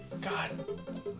God